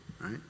right